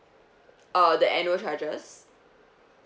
uh the annual charges